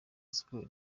sports